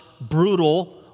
brutal